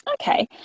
okay